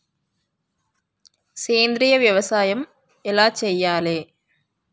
సేంద్రీయ వ్యవసాయం ఎలా చెయ్యాలే?